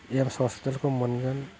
AIIMS हस्पिटालखौ मोनगोन